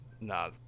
nah